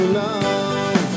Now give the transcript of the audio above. love